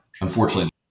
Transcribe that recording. Unfortunately